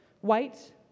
White